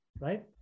right